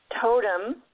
Totem